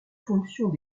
fonctions